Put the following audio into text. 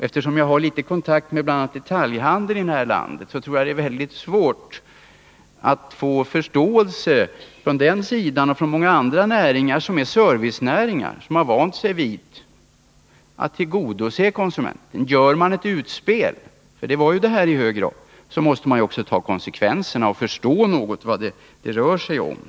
Eftersom jag har litet kontakt med bl.a. detaljhandeln i det här landet tror jag mig veta att det är väldigt svårt att få förståelse från det hållet och från många andra servicenäringar som har vant sig vid att tillgodose konsumenten. Gör man ett utspel — lågprissatsningen var ju i hög grad det — måste man ta konsekvenserna och förstå vad det rör sig om.